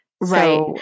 Right